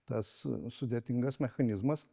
tas sudėtingas mechanizmas